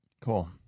Cool